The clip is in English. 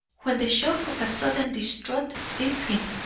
when the shock of a sudden distrust seized him,